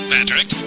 Patrick